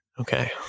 Okay